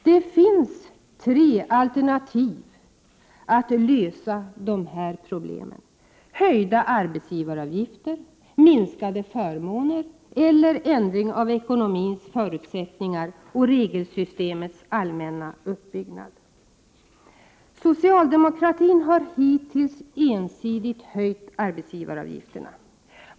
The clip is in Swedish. Det finns tre alternativ att lösa de här problemen: höjda arbetsgivaravgifter, minskade förmåner eller en ändring av ekonomins förutsättningar och regelsystemets allmänna uppbyggnad. Socialdemokratin har hittills ensidigt höjt arbetsgivaravgifterna.